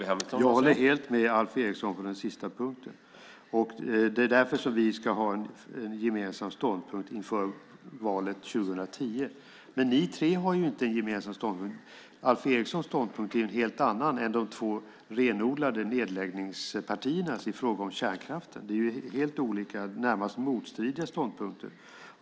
Herr talman! Jag håller helt med Alf Eriksson på den sista punkten. Det är därför som vi ska ha en gemensam ståndpunkt inför valet 2010. Men ni tre har inte en gemensam ståndpunkt. Alf Erikssons ståndpunkt är en helt annan än de två renodlade nedläggningspartiernas i fråga om kärnkraften. Det är helt olika, närmast motstridiga, ståndpunkter.